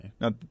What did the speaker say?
Now